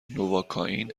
نواکائین